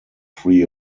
free